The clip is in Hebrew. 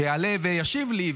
שיעלה וישיב לי,